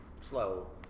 slow